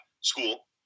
school